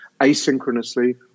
asynchronously